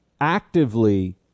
actively